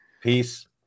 peace